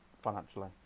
financially